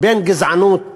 בין גזענות